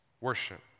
Worship